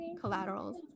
collaterals